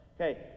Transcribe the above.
Okay